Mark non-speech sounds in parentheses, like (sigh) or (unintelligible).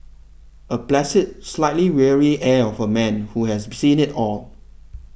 a placid slightly weary air of a man who has (unintelligible) seen it all